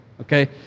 Okay